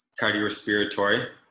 Cardiorespiratory